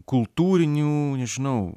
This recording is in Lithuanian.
kultūrinių nežinau